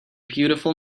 beautiful